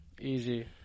Easy